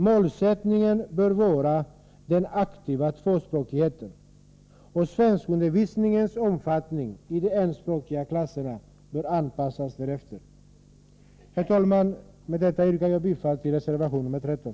Målsättningen bör vara den aktiva tvåspråkigheten, och svenskundervisningens omfattning i de enspråkiga klasserna bör anpassas därefter. Herr talman! Med detta yrkar jag bifall till reservation nr 13.